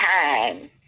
time